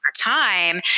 time